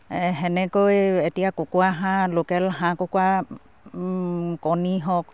সেনেকৈ এতিয়া কুকুৰা হাঁহ লোকেল হাঁহ কুকুৰা কণী হওক